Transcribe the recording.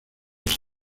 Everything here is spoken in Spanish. esa